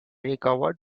recovered